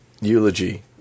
eulogy